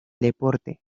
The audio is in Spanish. deporte